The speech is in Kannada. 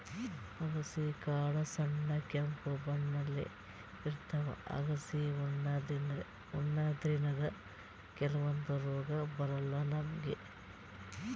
ಅಗಸಿ ಕಾಳ್ ಸಣ್ಣ್ ಕೆಂಪ್ ಬಣ್ಣಪ್ಲೆ ಇರ್ತವ್ ಅಗಸಿ ಉಣಾದ್ರಿನ್ದ ಕೆಲವಂದ್ ರೋಗ್ ಬರಲ್ಲಾ ನಮ್ಗ್